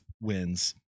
wins